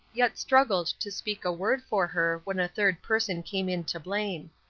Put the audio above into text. yet struggled to speak a word for her when a third person came in to blame.